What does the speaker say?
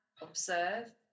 observe